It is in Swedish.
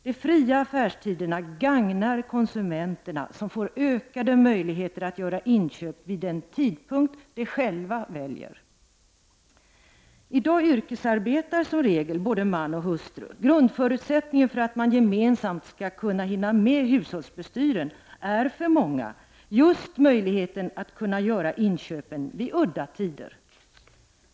De fria affärstiderna gagnar konsumenterna som får ökade möjligheter att göra inköp vid den tidpunkt de själva väljer. I dag yrkesarbetar som regel både man och hustru. Grundförutsättningen för att de gemensamt skall hinna med hushållsbestyren är för många just möjligheten att kunna göra inköpen vid udda tider.